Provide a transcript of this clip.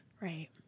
Right